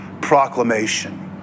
proclamation